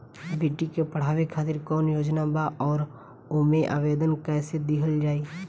बेटी के पढ़ावें खातिर कौन योजना बा और ओ मे आवेदन कैसे दिहल जायी?